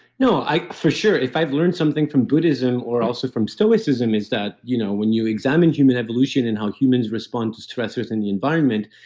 no, for sure. if i've learned something from buddhism or also from stoicism, it's that you know when you examine human evolution and how humans respond to stressors in the environment,